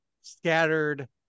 scattered